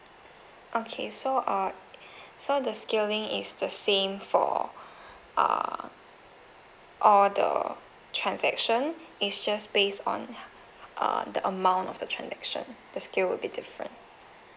okay so uh so the scaling is the same for uh all the transaction it's just based on uh the amount of the transaction the scale will be different